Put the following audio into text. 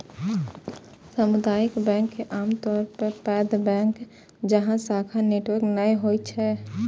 सामुदायिक बैंक के आमतौर पर पैघ बैंक जकां शाखा नेटवर्क नै होइ छै